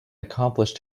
accomplished